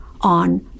on